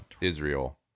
Israel